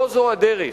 לא זו הדרך.